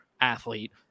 athlete